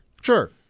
Sure